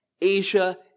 Asia